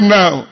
now